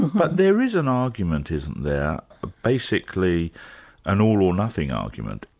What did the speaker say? but there is an argument, isn't there, basically an all-or-nothing argument.